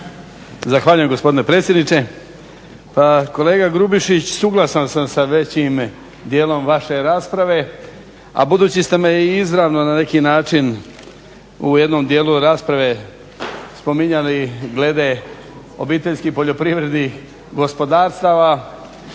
Zahvaljujem gospodine predsjedniče. Pa kolega Grubišić, suglasan sam sa većim dijelom vaše rasprave, a budući ste me i izravno na neki način u jednom dijelu rasprave spominjali glede obiteljskih, poljoprivrednih gospodarstava